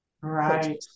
Right